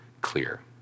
clear